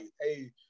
Hey